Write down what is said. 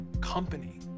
company